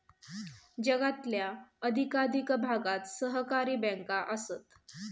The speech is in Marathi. जगातल्या अधिकाधिक भागात सहकारी बँका आसत